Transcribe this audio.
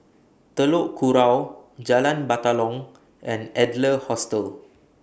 Telok Kurau Jalan Batalong and Adler Hostel